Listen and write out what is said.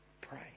pray